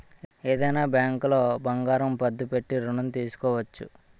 ఏదైనా బ్యాంకులో బంగారం పద్దు పెట్టి ఋణం తీసుకోవచ్చును